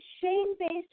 shame-based